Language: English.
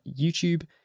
YouTube